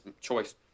choice